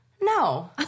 No